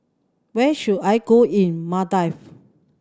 where should I go in Maldives